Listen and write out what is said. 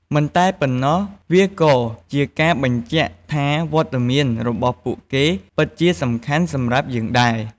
មិនតែប៉ុណ្ណោះ វាក៏ជាការបញ្ជាក់ថាវត្តមានរបស់ពួកគេពិតជាសំខាន់សម្រាប់យើងដែរ។